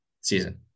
season